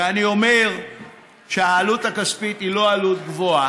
ואני אומר שהעלות הכספית היא לא עלות גבוהה.